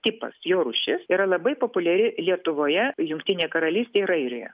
tipas jo rūšis yra labai populiari lietuvoje jungtinėj karalystėj ir airijoje